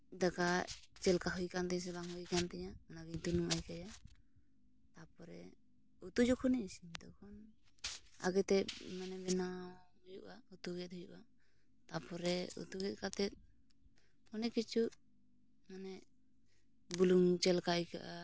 ᱫᱟᱠᱟ ᱪᱮᱫ ᱞᱮᱠᱟ ᱦᱩᱭ ᱟᱠᱟᱱ ᱛᱤᱧᱟᱹ ᱥᱮ ᱵᱟᱝ ᱦᱩᱭ ᱟᱠᱟᱱ ᱛᱤᱧᱟᱹ ᱚᱱᱟᱜᱤᱧ ᱛᱩᱱᱩᱢ ᱟᱭᱠᱟᱹᱣᱟ ᱛᱟᱨᱯᱚᱨᱮ ᱩᱛᱩ ᱡᱚᱠᱷᱚᱱᱤᱧ ᱤᱥᱤᱱᱟ ᱛᱚᱠᱷᱚᱱ ᱟᱜᱮᱛᱮ ᱢᱟᱱᱮ ᱵᱮᱱᱟᱣ ᱦᱩᱭᱩᱜᱼᱟ ᱩᱛᱩ ᱜᱮᱫ ᱦᱩᱭᱩᱜᱼᱟ ᱛᱟᱨᱯᱚᱨᱮ ᱩᱛᱩ ᱜᱮᱛ ᱠᱟᱛᱮᱫ ᱚᱱᱮᱠ ᱠᱤᱪᱷᱩ ᱢᱟᱱᱮ ᱵᱩᱞᱩᱝ ᱪᱮᱫ ᱞᱮᱠᱟ ᱟᱹᱭᱠᱟᱹᱜᱼᱟ